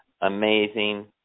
amazing